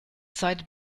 zeit